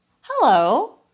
hello